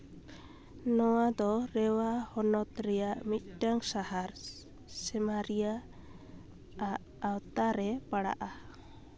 ᱱᱚᱣᱟ ᱫᱚ ᱨᱮᱣᱟ ᱦᱚᱱᱚᱛ ᱨᱮᱭᱟᱜ ᱢᱤᱫᱴᱟᱝ ᱥᱟᱦᱟᱨ ᱥᱮᱢᱟᱨᱤᱭᱟᱹ ᱟᱜ ᱟᱶᱛᱟᱨᱮ ᱯᱟᱲᱟᱜᱼᱟ